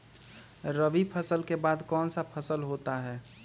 रवि फसल के बाद कौन सा फसल होता है?